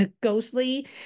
ghostly